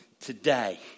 today